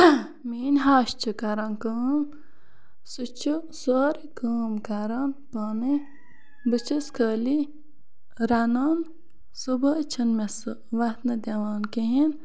میٲنٛۍ ہَش چھِ کَران کٲم سُہ چھُ سوروٚے کٲم کَران پانے بہٕ چھَس خٲلی رَنان صُبحٲے چھَنہٕ مےٚ سۄ وَتھنہٕ دِوان کِہیٖنۍ